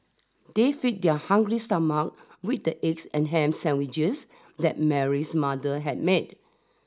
they fed their hungry stomach with the eggs and ham sandwiches that Mary's mother had made